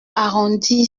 arrondir